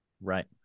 Right